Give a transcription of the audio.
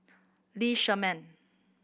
Lee Shermay